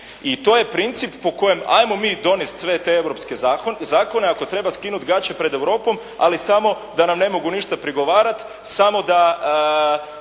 I to je princip po kojem 'ajmo mi donest sve te europske zakone, ako treba skinuti gaće pred Europom, ali samo da nam ne mogu ništa prigovarati, samo da